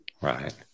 Right